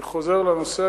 אני חוזר לנושא,